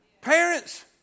Parents